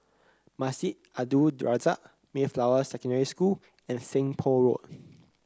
Masjid Al Abdul Razak Mayflower Secondary School and Seng Poh Road